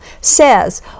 says